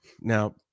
Now